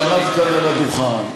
שעמד כאן על הדוכן,